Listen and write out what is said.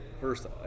First